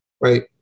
right